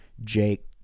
Jake